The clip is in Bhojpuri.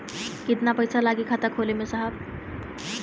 कितना पइसा लागि खाता खोले में साहब?